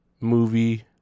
movie